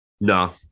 no